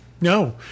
No